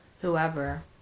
whoever